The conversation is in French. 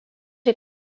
est